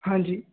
ਹਾਂਜੀ